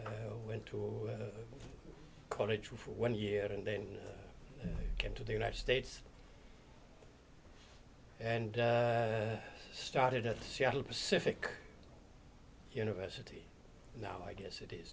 went to college for one year and then came to the united states and started at seattle pacific university now i guess it is